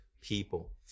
people